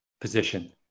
position